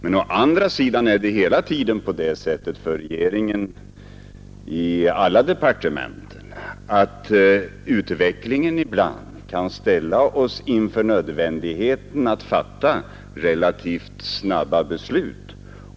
Men å andra sidan kan utvecklingen ibland när det gäller alla departement ställa regeringen inför nödvändigheten att fatta relativt snabba beslut.